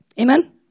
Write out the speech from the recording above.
Amen